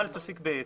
אל תסיק בעץ.